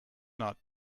not